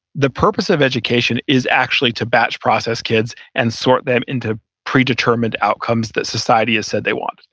the purpose of education is actually to batch process kids and sort them into predetermined outcomes that society has said they want.